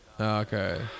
Okay